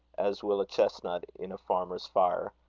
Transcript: as will a chestnut in a farmer's fire?